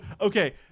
okay